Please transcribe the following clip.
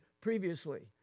previously